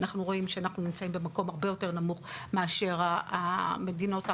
אנחנו רואים שאנחנו נמצאים במקום הרבה יותר נמוך מאשר המדינות האחרות.